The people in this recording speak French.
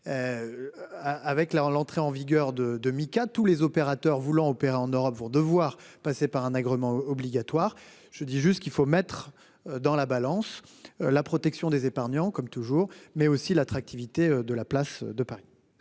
en l'entrée en vigueur de de Mika. Tous les opérateurs voulant opérer en Europe vont devoir passer par un agrément obligatoire. Je dis juste qu'il faut mettre dans la balance la protection des épargnants, comme toujours, mais aussi l'attractivité de la place de Paris.--